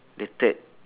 the third